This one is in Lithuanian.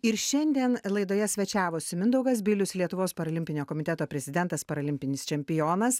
ir šiandien laidoje svečiavosi mindaugas bilius lietuvos paralimpinio komiteto prezidentas paralimpinis čempionas